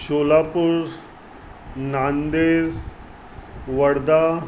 Solapur Nanded Wardha